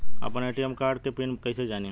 आपन ATM card के pin कईसे जानी?